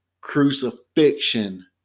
crucifixion